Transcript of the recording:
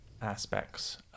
Aspects